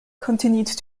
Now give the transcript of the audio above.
continued